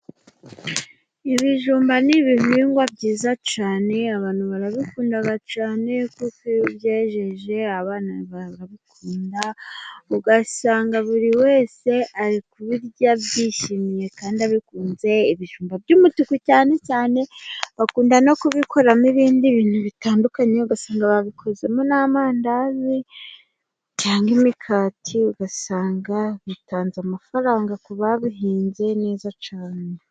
Ibijumba ni ibihingwa byiza cyane, abantu barabikunda cyane, kuko iyo ubyejeje abana barabikunda, ugasanga buri wese ari kubirya abyishimiye, kandi abikunze, ibijumba by'umutuku cyane cyane bakunda no kubikuramo ibindi bintu bitandukanye, ugasanga babikozemo n'amandazi, cyangwa imikati, ugasanga bitanze amafaranga ku babihinze neza cyane.